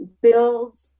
build